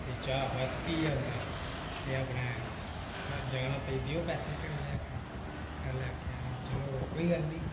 ते चाह् बस इ'यै होंदा हा ते अपने जाना भाई देओ पैसे घरै आह्लें आखेआ चलो कोई गल्ल नेईं